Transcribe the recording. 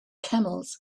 camels